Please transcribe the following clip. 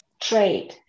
trade